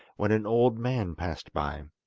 when an old man passed by.